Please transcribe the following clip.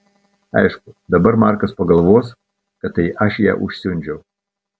aišku dabar markas pagalvos kad tai aš ją užsiundžiau